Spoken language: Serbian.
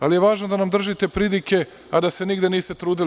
Ali je važno da nam držite pridike a da se nigde niste trudili.